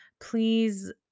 Please